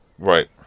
Right